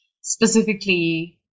specifically